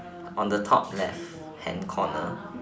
on the top left hand corner